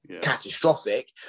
catastrophic